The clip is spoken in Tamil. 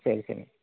சரி சரி